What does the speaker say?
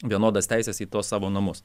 vienodas teises į tuos savo namus